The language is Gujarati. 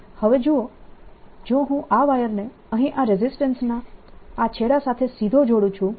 અને હવે જુઓ જો હું આ વાયરને અહીં આ રેઝિસ્ટન્સ ના આ છેડા સાથે સીધો જોડું છું